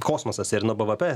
kosmosas ir nuo bvp